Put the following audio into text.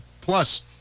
Plus